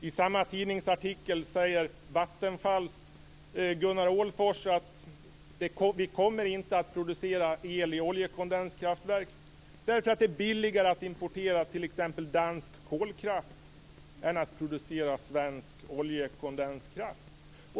I samma tidningsartikel säger Vattenfalls Gunnar Ålfors att man inte kommer att producera el i oljekondenskraftverk, därför att det är billigare att importera t.ex. dansk kolkraft än att producera svensk oljekondenskraft.